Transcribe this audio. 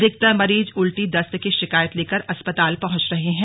अधिकतर मरीज उल्टी दस्त की शिकायत लेकर अस्पताल पहुंच रहे हैं